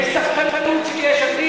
יש סחטנות של יש עתיד,